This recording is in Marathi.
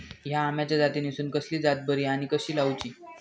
हया आम्याच्या जातीनिसून कसली जात बरी आनी कशी लाऊची?